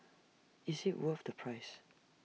is IT worth the price